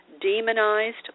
demonized